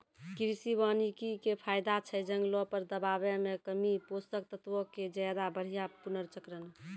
कृषि वानिकी के फायदा छै जंगलो पर दबाब मे कमी, पोषक तत्वो के ज्यादा बढ़िया पुनर्चक्रण